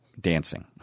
dancing